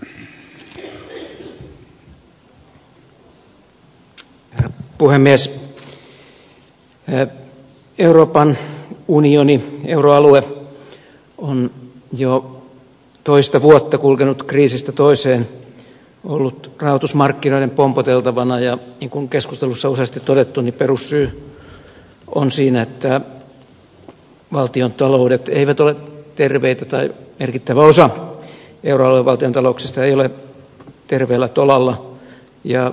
euroopan unioni euroalue on jo toista vuotta kulkenut kriisistä toiseen ollut rahoitusmarkkinoiden pompoteltavana ja niin kuin keskustelussa on useasti todettu perussyy on siinä että valtiontaloudet eivät ole terveitä tai merkittävä osa euroalueen valtiontalouksista ei ole terveellä tolalla